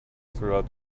throughout